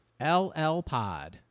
LLpod